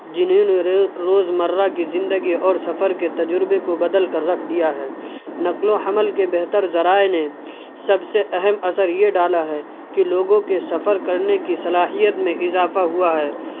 جنہوں نے روز مردہ کی زندگی اور سفر کے تجربے کو بدل کر رکھ دیا ہے نقل و حمل کے بہتر ذرائع نے سب سے اہم اثر یہ ڈالا ہے کہ لوگوں کے سفر کرنے کی صلاحیت میں اضافہ ہوا ہے